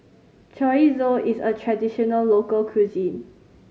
chorizo is a traditional local cuisine